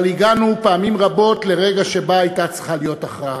אבל הגענו פעמים רבות לרגע שבו הייתה צריכה להיות הכרעה.